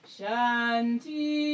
Shanti